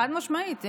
חד-משמעית,